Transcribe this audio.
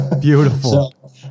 Beautiful